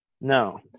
No